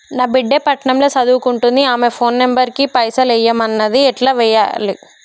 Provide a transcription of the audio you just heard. నా బిడ్డే పట్నం ల సదువుకుంటుంది ఆమె ఫోన్ నంబర్ కి పైసల్ ఎయ్యమన్నది ఎట్ల ఎయ్యాలి?